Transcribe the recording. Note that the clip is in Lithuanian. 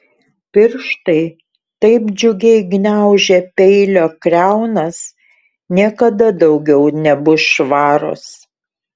pirštai taip džiugiai gniaužę peilio kriaunas niekada daugiau nebus švarūs